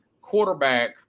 quarterback